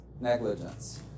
negligence